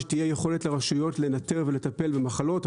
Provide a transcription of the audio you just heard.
שתהיה יכולת לרשויות לנטר ולטפל במחלות.